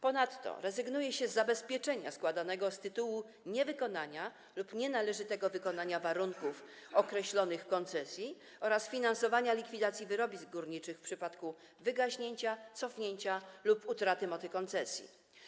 Ponadto rezygnuje się z zabezpieczenia składanego z tytułu niespełnienia lub nienależytego spełnienia warunków określonych w koncesji oraz finansowania likwidacji wyrobisk górniczych w przypadku wygaśnięcia, cofnięcia lub utraty mocy koncesji.